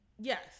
Yes